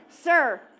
Sir